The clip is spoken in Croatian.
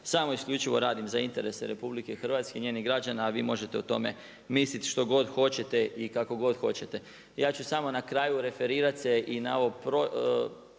samo i isključivo radim za interese RH i njenih građana a vi možete o tome misliti što god hoćete i kako god hoćete. Ja ću samo na kraju referirati se i na ovaj prošli dio,